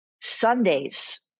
Sundays